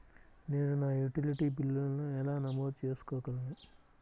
నేను నా యుటిలిటీ బిల్లులను ఎలా నమోదు చేసుకోగలను?